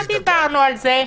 לא דיברנו על זה.